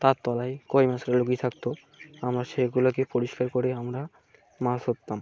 তার তলায় কই মাছগুলো লুকিয়ে থাকতো আমরা সেগুলোকে পরিষ্কার করে আমরা মাছ ধরতাম